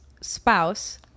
spouse